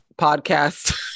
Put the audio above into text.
podcast